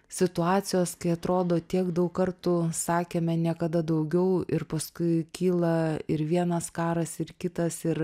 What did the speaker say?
situacijos kai atrodo tiek daug kartų sakėme niekada daugiau ir paskui kyla ir vienas karas ir kitas ir